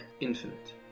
infinite